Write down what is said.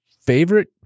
favorite